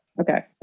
Okay